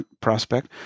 prospect